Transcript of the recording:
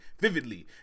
vividly